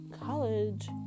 college